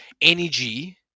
energy